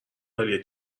عالیه